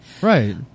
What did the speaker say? Right